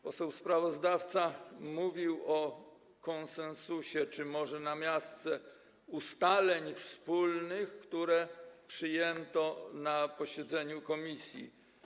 Poseł sprawozdawca mówił o konsensusie czy może namiastce wspólnych ustaleń, które przyjęto na posiedzeniu komisji.